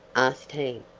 asked he.